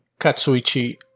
Katsuichi